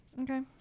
Okay